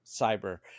cyber